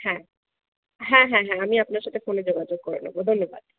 হ্যাঁ হ্যাঁ হ্যাঁ হ্যাঁ আমি আপনার সাথে ফোনে যোগাযোগ করে নেব ধন্যবাদ